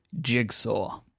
jigsaw